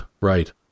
right